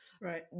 right